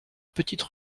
petite